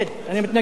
אתה אמרת לי.